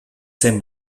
zen